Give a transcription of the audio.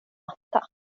matta